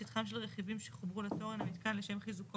שטחם של רכיבים שחוברו לתורן המיתקן לשם חיזוקו